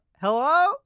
hello